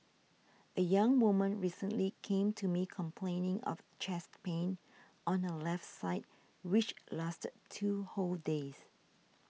a young woman recently came to me complaining of chest pain on her left side which lasted two whole days